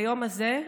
ביום הזה,